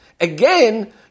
Again